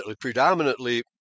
predominantly